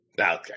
Okay